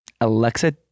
Alexa